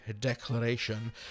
declaration